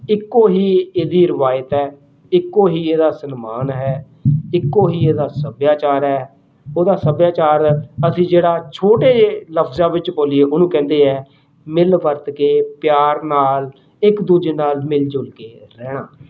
ਇੱਕੋ ਹੀ ਇਹਦੀ ਰਵਾਇਤ ਹੈ ਇੱਕੋ ਹੀ ਇਹਦਾ ਸਨਮਾਨ ਹੈ ਇੱਕੋ ਹੀ ਇਹਦਾ ਸੱਭਿਆਚਾਰ ਹੈ ਉਹਦਾ ਸੱਭਿਆਚਾਰ ਅਸੀਂ ਜਿਹੜਾ ਛੋਟੇ ਜਿਹੇ ਲਫਜ਼ਾਂ ਵਿੱਚ ਬੋਲੀਏ ਉਹਨੂੰ ਕਹਿੰਦੇ ਹੈ ਮਿਲ ਵਰਤ ਕੇ ਪਿਆਰ ਨਾਲ ਇੱਕ ਦੂਜੇ ਨਾਲ਼ ਮਿਲ ਜੁਲ ਕੇ ਰਹਿਣਾ